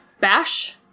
Bash